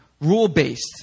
rule-based